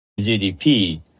GDP